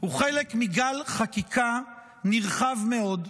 הוא חלק מגל חקיקה נרחב מאוד,